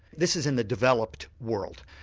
this is in the developed world.